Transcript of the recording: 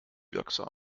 wirksam